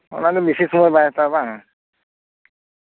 ᱚᱱᱟ ᱫᱚ ᱵᱮᱥᱤ ᱥᱚᱢᱚᱭ ᱵᱟᱭ ᱦᱟᱛᱟᱣᱟ ᱵᱟᱝ